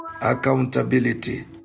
Accountability